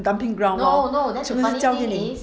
dumping ground 就是交给你